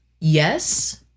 Yes